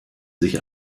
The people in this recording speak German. sich